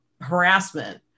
harassment